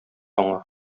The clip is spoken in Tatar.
аңа